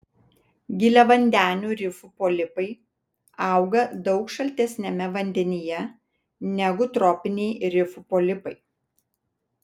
giliavandenių rifų polipai auga daug šaltesniame vandenyje negu tropiniai rifų polipai